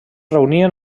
reunien